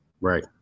right